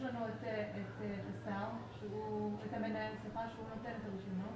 יש לנו את המנהל שהוא נותן את הרישיונות